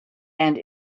and